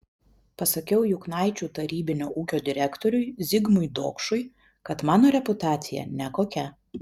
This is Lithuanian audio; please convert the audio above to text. pasakiau juknaičių tarybinio ūkio direktoriui zigmui dokšui kad mano reputacija nekokia